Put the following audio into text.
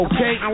Okay